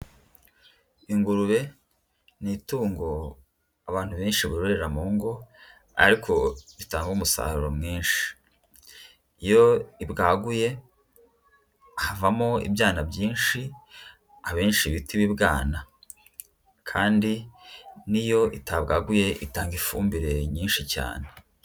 Ingurube ni itungo abantu benshi bororera mu ngo ariko ritanga umusaruro mwinshi, iyo ibwaguye havamo ibyana byinshi abenshi bita ibibwana kandi n'iyo itabwaguye itanga ifumbire nyinshi cyane.